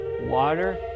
water